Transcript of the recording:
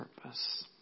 purpose